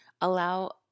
allow